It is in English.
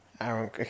Aaron